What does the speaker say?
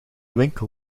winkel